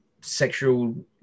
sexual